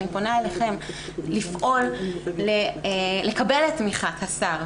אני פונה אליכם לפעול לקבל את תמיכת השר,